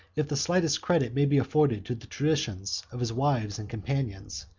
if the slightest credit may be afforded to the traditions of his wives and companions,